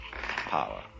power